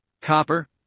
copper